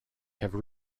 have